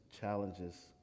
challenges